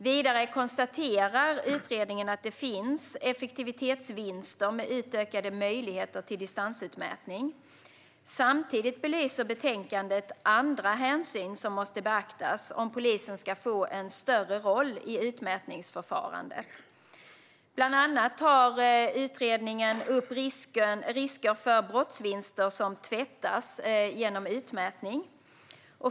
Vidare konstaterar utredningen att det finns effektivitetsvinster med utökade möjligheter till distansutmätning. Samtidigt belyser betänkandet andra hänsyn som måste beaktas om polisen ska få en större roll i utmätningsförfarandet. Bland annat tar utredningen upp risken för att brottsvinster tvättas genom utmätning.